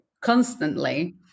constantly